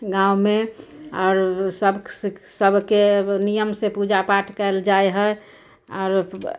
गाँवमे आर सभ सभके नियम से पूजापाठ कयल जाइ हइ आरो